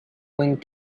wind